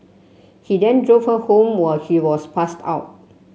he then drove her home while she was passed out